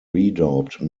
redoubt